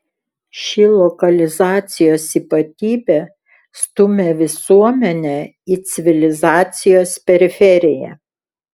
ši lokalizacijos ypatybė stumia visuomenę į civilizacijos periferiją